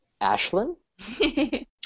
Ashlyn